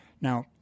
Now